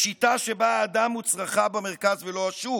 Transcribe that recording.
לשיטה שבה האדם וצרכיו במרכז ולא השוק,